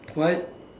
what